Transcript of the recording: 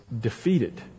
defeated